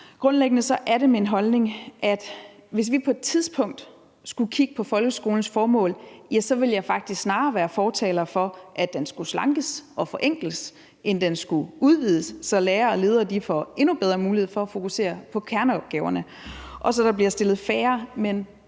Grundlæggende er det min holdning, at hvis vi på et tidspunkt skulle kigge på folkeskolens formål, ville jeg faktisk snarere være fortaler for, at den skulle slankes og forenkles, end at den skulle udvides, så lærere og ledere får endnu bedre mulighed for at fokusere på kerneopgaverne, og så der bliver stillet færre, men